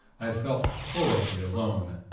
i felt horribly alone.